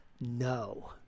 No